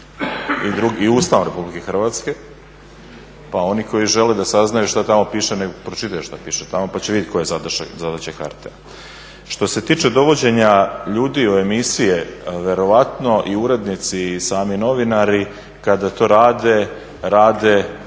i Ustavom Republike Hrvatske pa oni koji žele saznati šta tamo piše nek pročitaju šta piše tamo pa će vidjet koja je zadaća HRT-a. Što se tiče dovođenja ljudi u emisije, vjerojatno i urednici i sami novinari kada to rade, rade